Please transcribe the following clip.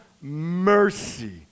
mercy